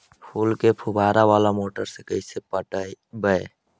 फूल के फुवारा बाला मोटर से कैसे पटइबै?